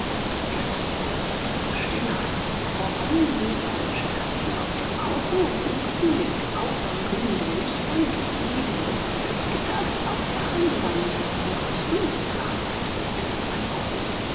plötzlich wurden die tiere stiller krochen wie falsche katzen auf dem bauche und lugten mit grausam glühenden lichtern durch jede ritze des gitters auf der andren von hier aus unsichtbaren seite des